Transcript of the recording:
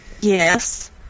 Yes